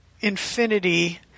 infinity